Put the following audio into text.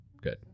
Good